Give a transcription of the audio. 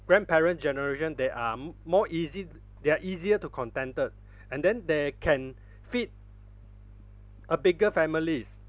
grandparent generation they are m~more easy th~ they're easier to contented and then they can fit a bigger families